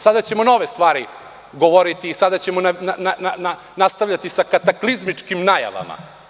Sada ćemo nove stvari govoriti i sada ćemo nastavljati sa kataklizmičkim najavama.